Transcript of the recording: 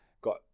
Got